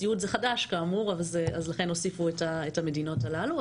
סיעוד זה חדש כאמור אז לכן הוסיפו את המדינות הללו,